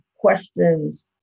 questions